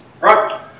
right